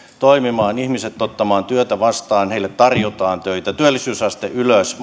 toimimaan ihmiset ottamaan työtä vastaan että heille tarjotaan töitä saamme työllisyysasteen ylös